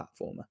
platformer